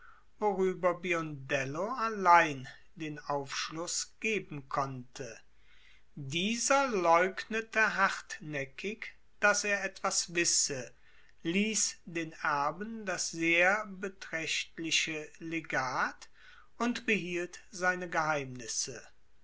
worüber biondello allein den aufschluß geben konnte dieser leugnete hartnäckig daß er etwas wisse ließ den erben das sehr beträchtliche legat und behielt seine geheimnisse